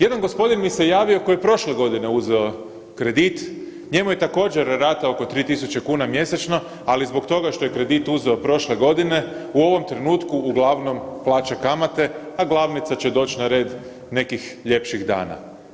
Jedan gospodin mi se javio koji je prošle godine uzeo kredit, njemu je također rata oko 3.000 kuna mjesečno, ali zbog toga što je kredit uzeo prošle godine u ovom trenutku uglavnom plaća kamate, a glavnica će doći na red nekih ljepših dana.